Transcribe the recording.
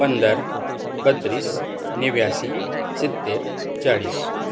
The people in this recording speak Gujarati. પંદર બત્રીસ નેવ્યાશી સિત્તેર ચાળીસ